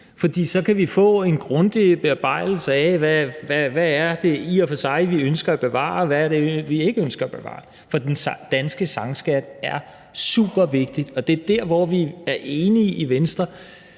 for så kan vi få en grundig bearbejdelse af, hvad det i og for sig er, vi ønsker at bevare, og hvad det er, vi ikke ønsker at bevare. For den danske sangskat er super vigtig, og det er vi enige i i Venstre.